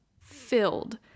Filled